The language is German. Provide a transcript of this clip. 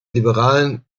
liberalen